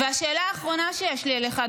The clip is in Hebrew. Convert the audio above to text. והשאלה האחרונה שיש לי אליך,